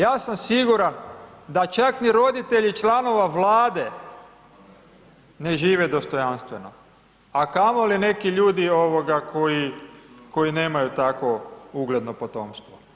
Ja sam siguran da čak ni roditelji članova Vlade ne žive dostojanstveno, a kamoli neki ljudi koji nemaju takvo ugledno potomstvo.